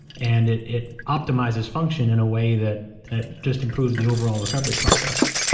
and it it optimizes function in a way that that just improves the overall recovery process